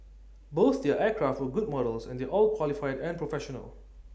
both their aircraft were good models and they're all qualified and professional